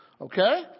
Okay